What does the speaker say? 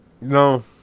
No